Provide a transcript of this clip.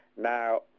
Now